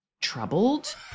troubled